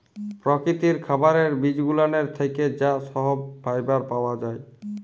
পরকিতির খাবারের বিজগুলানের থ্যাকে যা সহব ফাইবার পাওয়া জায়